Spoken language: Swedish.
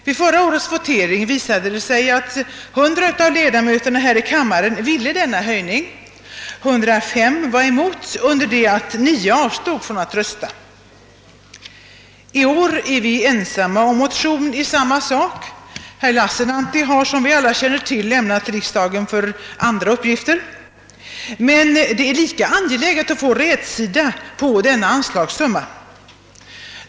Vid voteringen förra året visade det sig att 100 ledamöter i denna kammare önskade denna höjning med 50 000 kronor, under det att 105 röstade mot och 9 avstod från att rösta. I år är vi ensamma om motion i samma fråga. Herr Lassinantti har, som vi alla känner till, lämnat riksdagen för andra uppgifter, men det är lika angeläget nu att få en rätsida på denna anslagssumma.